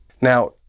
Now